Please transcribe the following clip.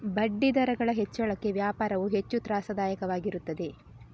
ಬಡ್ಡಿದರಗಳ ಹೆಚ್ಚಳಕ್ಕೆ ವ್ಯಾಪಾರವು ಹೆಚ್ಚು ತ್ರಾಸದಾಯಕವಾಗಿರುತ್ತದೆ